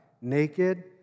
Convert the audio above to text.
Naked